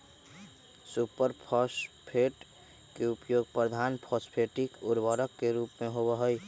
super phosphate के उपयोग प्रधान फॉस्फेटिक उर्वरक के रूप में होबा हई